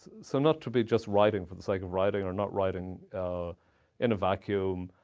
so not to be just writing for the sake of writing, or not writing in a vacuum,